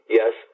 yes